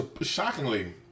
shockingly